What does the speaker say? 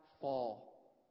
fall